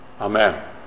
Amen